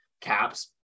caps